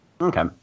Okay